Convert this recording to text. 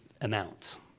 amounts